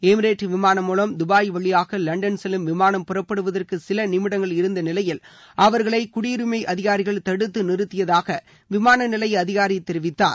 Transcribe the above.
Emirate விமானம் மூலம் Dubai வழியாக லண்டன் செல்லும் விமானம் புறப்படுவதற்கு சில நிமிடங்கள் இருந்த நிலையில் அவர்களை குடியுரிமை அதிகாரிகள் தடுத்து நிறுத்தியதாக விமான நிலைய அதிகாரி தெரிவித்தார்